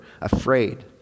afraid